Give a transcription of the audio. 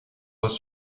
was